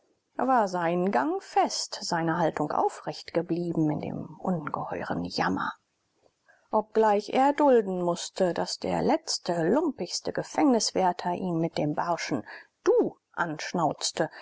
war sein gang fest seine haltung aufrecht geblieben in dem ungeheuren jammer obgleich er dulden mußte daß der letzte lumpigste gefängniswärter ihn mit dem barschen du anschnauzte